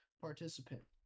participant